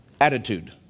attitude